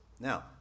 Now